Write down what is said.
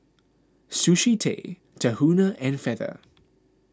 Sushi Tei Tahuna and Feather